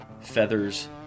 feathers